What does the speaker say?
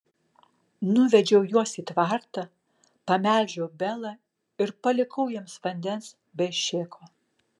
nuvedžiau juos į tvartą pamelžiau belą ir palikau jiems vandens bei šėko